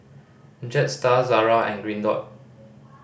Jetstar Zara and Green Dot